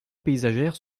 paysagère